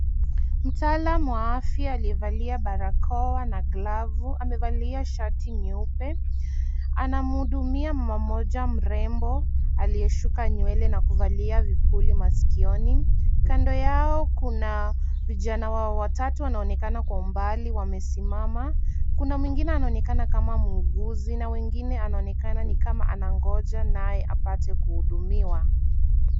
Mtaalamu wa afya aliyevalia barakoa na glavu amevalia shati nyeupe. Anamhudumia mama mmoja mrembo, aliyeshuka nywele na kuvalia vipuli masikioni. Kando yao kuna vijana watatu wanaonekana kwa umbali wamesimama. Kuna wengine wanaonekana kama muuguzi na wengine wanaonekana ni kama anangoja naye apate kuhudumiwa.